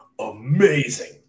amazing